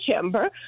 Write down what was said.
chamber